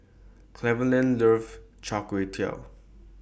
Cleveland loves Char Kway Teow